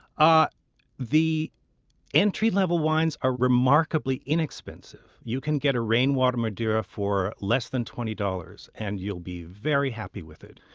ah the entry-level wines are remarkably remarkably inexpensive. you can get a rainwater madeira for less than twenty dollars and you'll be very happy with it.